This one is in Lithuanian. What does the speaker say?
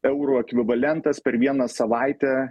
eurų ekvivalentas per vieną savaitę